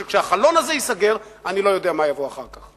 כשהחלון הזה ייסגר, אני לא יודע מה יבוא אחר כך.